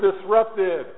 disrupted